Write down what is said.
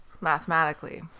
Mathematically